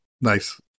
Nice